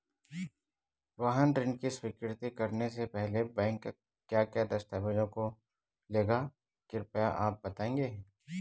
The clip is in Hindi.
वाहन ऋण स्वीकृति करने से पहले बैंक क्या क्या दस्तावेज़ों को लेगा कृपया आप बताएँगे?